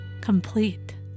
complete